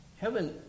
Heaven